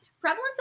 prevalence